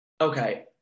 Okay